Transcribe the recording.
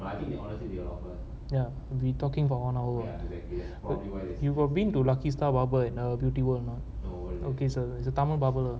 ya we talking for one hour you got been to lucky star barber at the beauty world or not okay is a is a tamil barber lah